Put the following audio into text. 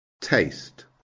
Taste